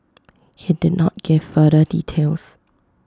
he did not give further details